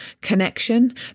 connection